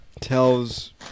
tells